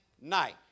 night